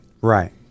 Right